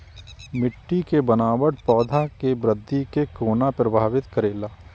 मिट्टी के बनावट पौधा के वृद्धि के कोना प्रभावित करेला?